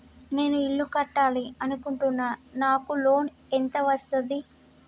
నేను ఇల్లు కట్టాలి అనుకుంటున్నా? నాకు లోన్ ఎంత వస్తది?